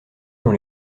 dans